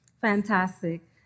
Fantastic